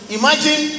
imagine